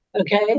okay